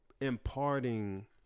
imparting